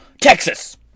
Texas